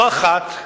לא אחת,